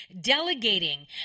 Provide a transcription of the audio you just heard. Delegating